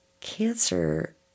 Cancer